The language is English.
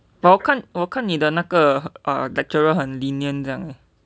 but 我看我看你的那个 err lecturer 很 lenient 酱